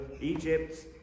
egypt